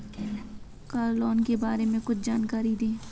Car loan के बारे में कुछ जानकारी दें?